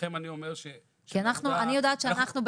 לכם אני אומר -- כי אני יודעת שאנחנו,